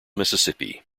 mississippi